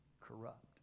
corrupt